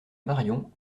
marion